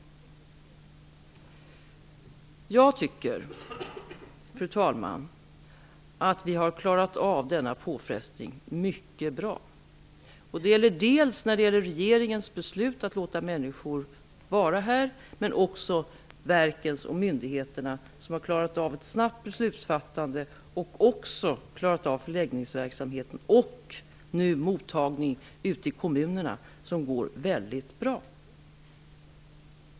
Fru talman! Jag tycker att vi har klarat av denna påfrestning mycket bra. Det gäller regeringens beslut att låta människor vara med här, men också verken och myndigheterna. De har klarat av ett snabbt beslutsfattande och även förläggningsverksamhet, och nu också en mottagning ute i kommunerna som går väldigt bra.